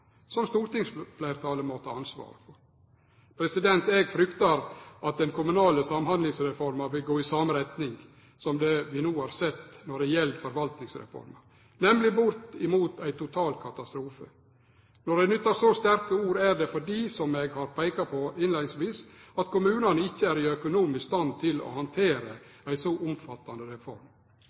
stortingsfleirtalet må ta ansvaret for. Eg fryktar at den komande Samhandlingsreforma vil gå i same retning som det vi no har sett når det gjeld Forvaltningsreforma, nemleg bortimot ein total katastrofe. Når eg nyttar så sterke ord, er det, som eg peika på innleiingsvis, fordi kommunane ikkje er i økonomisk stand til å handtere ei så omfattande reform.